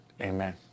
amen